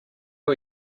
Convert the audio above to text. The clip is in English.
are